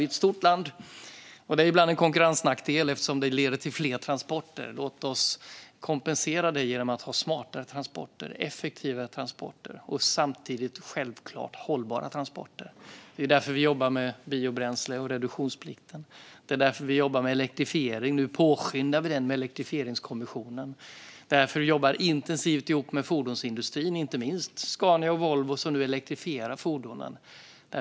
Vi är ett stort land, och det är ibland en konkurrensnackdel eftersom det leder till fler transporter. Låt oss kompensera detta genom att ha smartare och effektivare transporter och samtidigt - självfallet - hållbara transporter. Det är därför vi jobbar med biobränsle och reduktionsplikten. Det är därför vi jobbar med elektrifiering, och nu påskyndar vi det med Elektrifieringskommissionen. Och det är därför vi jobbar intensivt ihop med fordonsindustrin, inte minst Scania och Volvo, som nu elektrifierar fordonen.